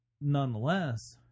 nonetheless